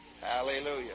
Hallelujah